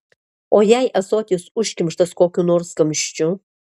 o jei ąsotis užkimštas kokiu nors kamščiu